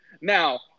Now